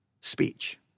speech